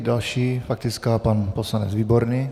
Další faktická, pan poslanec Výborný.